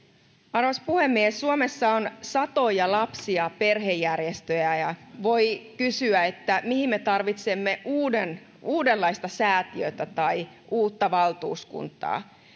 arvoisa puhemies suomessa on satoja lapsi ja perhejärjestöjä ja voi kysyä että mihin me tarvitsemme uudenlaista säätiötä tai uutta valtuuskuntaa